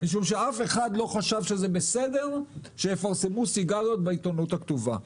משום שאף אחד לא חשב שזה בסדר שיפרסמו סיגריות בעיתונות הכתובה.